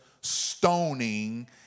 stoning